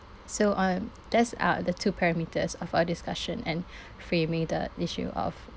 so um that's uh the two parameters of our discussion and framing the issue of